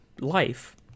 life